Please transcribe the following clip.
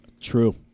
True